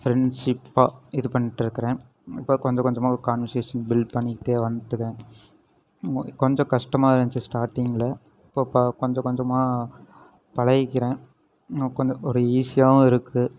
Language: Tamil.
ஃப்ரெண்ட்ஷிப்பாக இது பண்ணிட்டிருக்குறேன் இப்போ கொஞ்சம் கொஞ்சமாக ஒரு கான்வர்சேஷன் பில்ட் பண்ணிக்கிட்டே வந்துட்ருக்கேன் கொஞ்சம் கஷ்டமாக இருந்துச்சு ஸ்டாட்டிங்கில் இப்போ ப கொஞ்சம் கொஞ்சமாக பழகிக்கிறேன் கொஞ்சம் ஒரு ஈஸியாகவும் இருக்குது